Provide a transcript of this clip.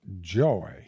joy